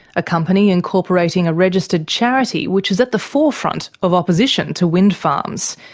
a company incorporating a registered charity which is at the forefront of opposition to wind farms.